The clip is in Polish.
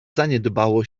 zaniedbało